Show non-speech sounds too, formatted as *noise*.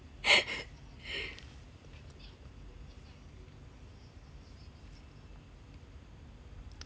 *laughs*